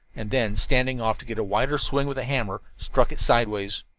and then, standing off to get a wider swing with the hammer, struck it sidewise.